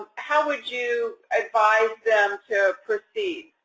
how would you advise them to proceed?